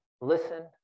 listen